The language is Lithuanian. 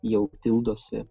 jau pildosi